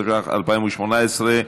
התשע"ח 2018,